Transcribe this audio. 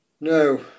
No